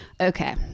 Okay